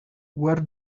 wear